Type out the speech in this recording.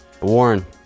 Warren